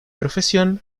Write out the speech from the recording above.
profesión